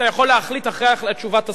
אתה יכול להחליט אחרי תשובת השר,